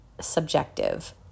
subjective